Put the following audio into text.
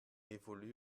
évolue